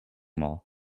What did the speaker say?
mall